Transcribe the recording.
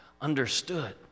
understood